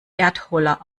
erdholler